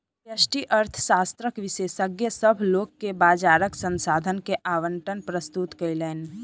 व्यष्टि अर्थशास्त्रक विशेषज्ञ, सभ लोक के बजारक संसाधन के आवंटन प्रस्तुत कयलैन